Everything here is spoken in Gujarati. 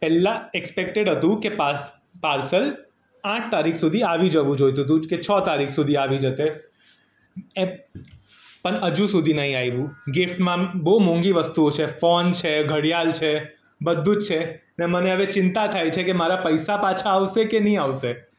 પહેલાં એક્સસ્પેક્ટેડ હતું કે પાર્સ પાર્સલ આઠ તારીખ સુધી આવી જવું જોઈતું હતું કે છ તારીખ સુધી આવી જતે પણ હજુ સુધી નથી આવ્યું ગિફ્ટમાં બહુ મોંઘી વસ્તુઓ છે ફોન છે ઘડિયાળ છે બધું જ છે ને મને હવે ચિંતા થાય છે કે મારા પૈસા પાછા આવશે કે નહિ આવશે